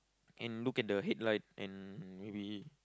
and you look at the headline and maybe